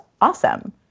awesome